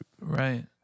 Right